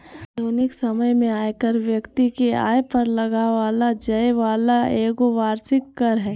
आधुनिक समय में आयकर व्यक्ति के आय पर लगाबल जैय वाला एगो वार्षिक कर हइ